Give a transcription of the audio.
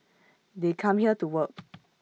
they come here to work